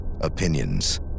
opinions